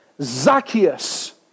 Zacchaeus